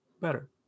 better